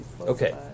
Okay